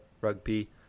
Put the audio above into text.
Rugby